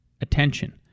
attention